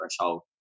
threshold